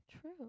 true